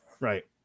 Right